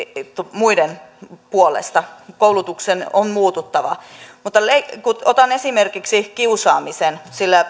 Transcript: muiden puolesta koulutuksen on muututtava otan esimerkiksi kiusaamisen sillä